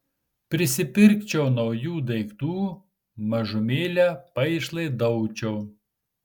prisipirkčiau naujų daiktų mažumėlę paišlaidaučiau